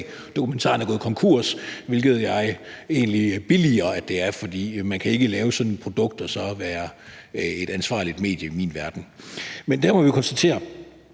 dokumentaren er gået konkurs, hvilket jeg egentlig billiger at det er, for man kan ikke lave sådan et produkt og så være et ansvarligt medie i min verden. Der må vi konstatere,